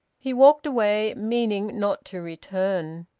he walked away, meaning not to return.